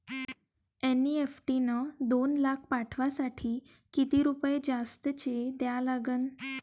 NEFT न दोन लाख पाठवासाठी किती रुपये जास्तचे द्या लागन?